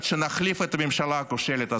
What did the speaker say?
עד שנחליף את הממשלה הכושלת הזאת.